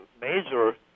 major